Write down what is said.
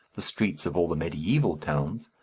the streets of all the mediaeval towns,